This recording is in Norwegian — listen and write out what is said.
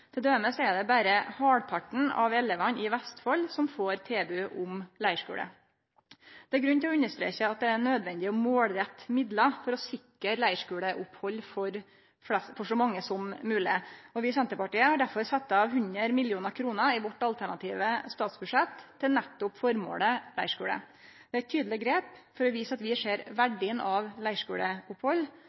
for så mange som mogleg. Vi i Senterpartiet har derfor sett av 100 mill. kr i vårt alternative statsbudsjett til nettopp føremålet leirskule. Det er eit tydeleg grep for å vise at vi ser verdien av leirskuleopphald,